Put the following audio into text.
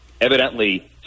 evidently